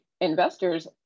investors